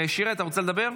שירי, אתה רוצה לדבר?